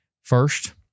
first